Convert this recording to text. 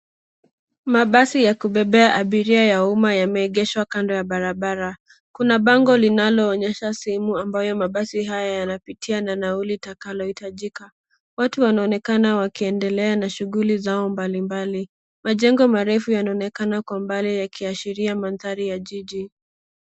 Mabasi ya kubebea abiria ya umma yameegeshwa kando ya barabara. Kuna bango linaloonyesha sehemu ambayo mabasi haya yanapitia na nauli itakalohitajika. Watu wanaonekana wakiendelea na shughuli zao mbalimbali. Majengo marefu yanaonekana kwa mbali yakiashiria mandhari ya jiji.